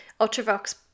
Ultravox